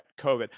COVID